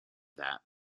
that